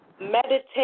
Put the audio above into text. Meditate